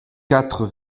quatre